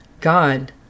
God